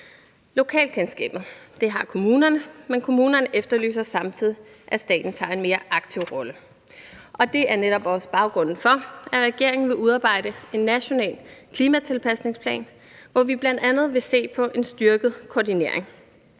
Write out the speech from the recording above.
Lokalkendskabet har kommunerne, men kommunerne efterlyser samtidig, at staten tager en mere aktiv rolle, og det er netop også baggrunden for, at regeringen vil udarbejde en national klimatilpasningsplan, hvor vi bl.a. vil se på en styrket koordinering.